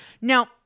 Now